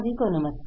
सभी को नमस्कार